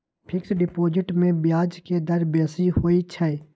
fixed deposit में ब्याज के दर बेशी होइ छइ